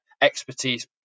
expertise